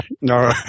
no